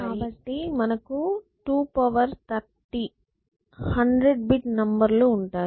కాబట్టి మనకు 230 100 bit number లు ఉంటాయి